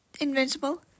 *Invincible*